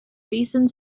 recent